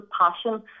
passion